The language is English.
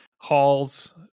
Halls